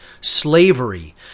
slavery